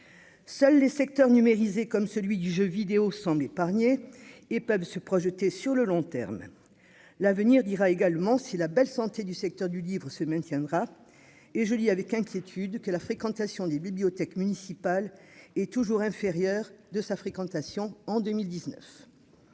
seuls les secteurs numérisé comme celui du jeu vidéo semblent épargnés et peuvent se projeter sur le long terme l'avenir dira également si la belle santé du secteur du libre-se maintiendra et je dis avec inquiétude que la fréquentation des bibliothèques municipales est toujours inférieur de sa fréquentation en 2019